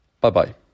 Bye-bye